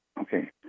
Okay